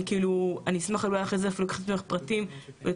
אני אשמח אחרי זה אפילו לקחת ממך פרטים וטיפה